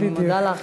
אני מודה לך.